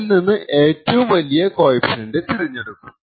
അതിൽ നിന്ന് ഏറ്റവും വലിയ കോഫിഷ്യന്റ് തിരഞ്ഞെടുക്കും